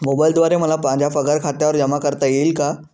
मोबाईलद्वारे मला माझा पगार खात्यावर जमा करता येईल का?